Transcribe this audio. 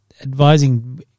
advising